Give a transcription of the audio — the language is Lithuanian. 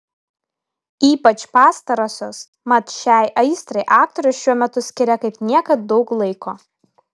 ypač pastarosios mat šiai aistrai aktorius šiuo metu skiria kaip niekad daug laiko